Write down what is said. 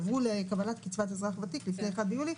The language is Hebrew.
עברו לקבלת קצבת אזרח ותיק לפני 1 ביולי,